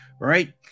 right